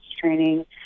training